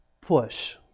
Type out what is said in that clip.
push